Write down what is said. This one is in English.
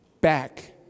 back